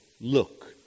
look